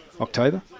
October